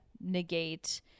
negate